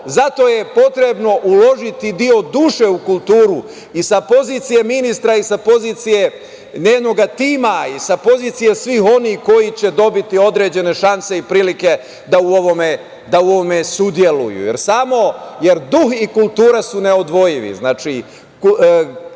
Zato je potrebno uložiti deo duše u kulturu i sa pozicije ministra i sa pozicije njenoga tima i sa pozicije svih onih koji će dobiti određene šanse i prilike da u ovome sudeluju, jer duh i kultura su neodvojivi.